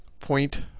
point